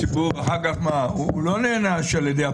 הציבור אחר כך, הוא לא נענש על ידי הפקח,